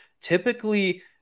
typically